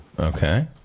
Okay